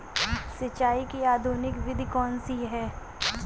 सिंचाई की आधुनिक विधि कौनसी हैं?